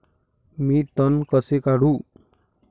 मी तण कसे काढू?